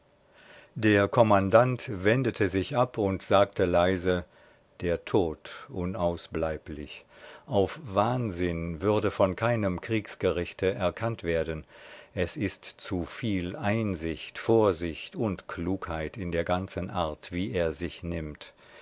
der kommandant wendete sich ab und sagte leise der tod unausbleiblich auf wahnsinn würde von keinem kriegsgerichte erkannt werden es ist zu viel einsicht vorsicht und klugheit in der ganzen art wie er sich nimmt